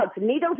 needles